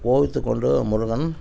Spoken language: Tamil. கோபித்துக்கொண்டு முருகன்